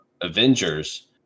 Avengers